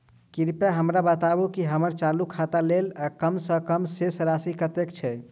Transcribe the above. कृपया हमरा बताबू की हम्मर चालू खाता लेल कम सँ कम शेष राशि कतेक छै?